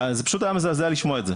זה פשוט היה מזעזע לשמוע את זה.